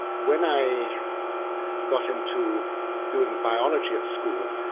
when i got into doing biology at school,